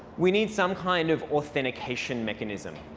we need some kind of authentication mechanism.